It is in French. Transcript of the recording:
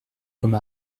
comme